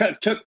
took